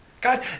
God